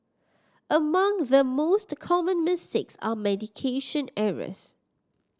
among the most common mistakes are medication errors